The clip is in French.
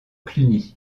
cluny